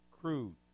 crude